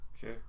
Sure